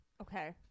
Okay